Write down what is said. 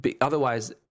otherwise